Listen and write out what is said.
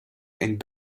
and